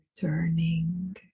turning